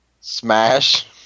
smash